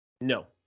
No